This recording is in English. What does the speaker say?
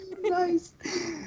Nice